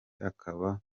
bakaba